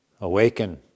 Awaken